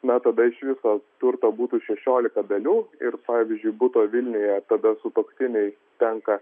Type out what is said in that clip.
na tada iš viso turto būtų šešiolika dalių ir pavyzdžiui buto vilniuje tada sutuoktiniui tenka